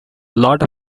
lot